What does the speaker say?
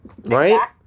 right